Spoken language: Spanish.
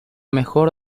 mejor